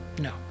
No